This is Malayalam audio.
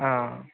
ആ